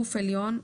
גוף עליון,